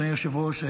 אדוני היושב-ראש,